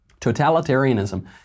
Totalitarianism